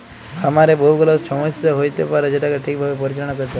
খামারে বহু গুলা ছমস্যা হ্য়য়তে পারে যেটাকে ঠিক ভাবে পরিচাললা ক্যরতে হ্যয়